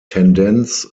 tendenz